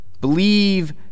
believe